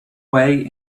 way